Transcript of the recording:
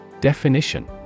Definition